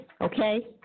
okay